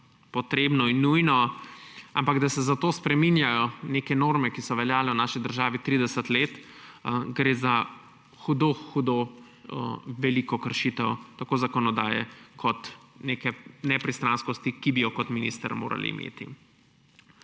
potrebno in nujno. Ampak ko se zato spreminjajo neke norme, ki so veljale v naši državi 30 let, gre za hudo hudo veliko kršitev tako zakonodaje kot neke nepristranskosti, ki bi jo kot minister morali imeti.